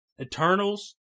Eternals